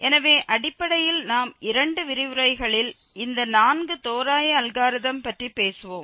எனவே அடிப்படையில் நாம் இரண்டு விரிவுரைகளில் இந்த நான்கு தோராய அல்காரிதம் பற்றி பேசுவோம்